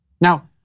Now